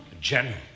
general